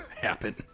happen